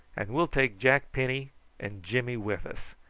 and we'll take jack penny and jimmy with us.